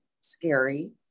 scary